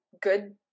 good